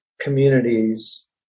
communities